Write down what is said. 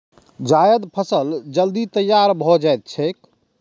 जायद फसल जल्दी तैयार भए जाएत छैक